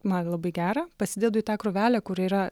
man labai gera pasidedu į tą krūvelę kur yra